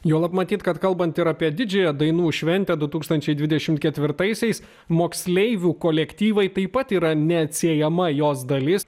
juolab matyt kad kalbant ir apie didžiąją dainų šventę du tūkstančiai dvidešimt ketvirtaisiais moksleivių kolektyvai taip pat yra neatsiejama jos dalis